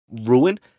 ruin